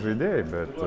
žaidėjai bet